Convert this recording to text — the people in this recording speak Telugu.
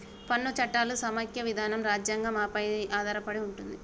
పన్ను చట్టాలు సమైక్య విధానం రాజ్యాంగం పై ఆధారపడి ఉంటయ్